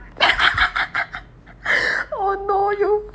oh no you